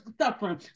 suffering